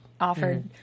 offered